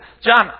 John